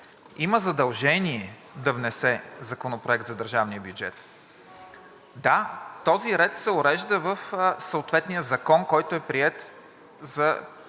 има задължение да внесе Законопроект за държавния бюджет. Да, този ред се урежда в съответния закон, който е приет, за